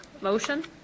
motion